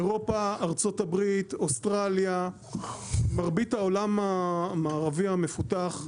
אירופה ארה"ב אוסטרליה מרבית העולם המערבי המפותח,